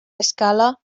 escala